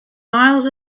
miles